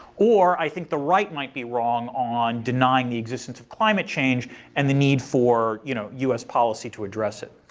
or i think the right might be wrong on denying the existence of climate change and the need for you know us policy to address it.